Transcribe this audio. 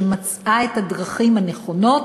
שמצאה את הדרכים הנכונות